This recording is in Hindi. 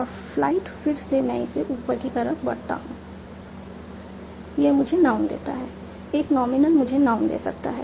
और फ्लाइट फिर से मैं इसे ऊपर की तरफ बढ़ता हूं यह मुझे नाउन देता है एक नॉमिनल मुझे नाउन दे सकता है